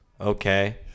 Okay